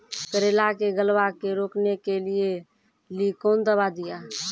करेला के गलवा के रोकने के लिए ली कौन दवा दिया?